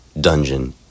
dungeon